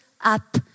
up